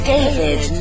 David